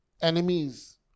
enemies